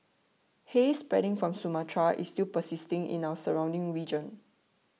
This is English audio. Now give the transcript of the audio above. haze spreading from Sumatra is still persisting in our surrounding region